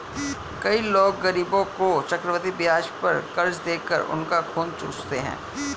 कई लोग गरीबों को चक्रवृद्धि ब्याज पर कर्ज देकर उनका खून चूसते हैं